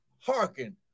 hearken